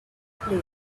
place